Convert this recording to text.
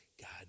God